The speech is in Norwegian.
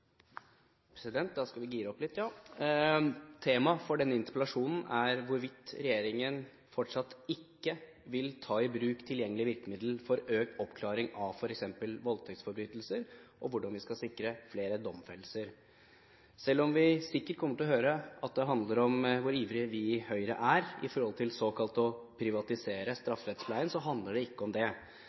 avsluttet. Da skal vi gire opp litt. Temaet for denne interpellasjonen er hvorvidt regjeringen – fortsatt – ikke vil ta i bruk tilgjengelige virkemidler for økt oppklaring av f.eks. voldtektsforbrytelser, og hvordan vi skal sikre flere domfellelser. Selv om vi sikkert kommer til å høre at det handler om hvor ivrige vi i Høyre er etter såkalt å privatisere strafferettspleien, så handler det ikke om det.